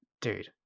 dude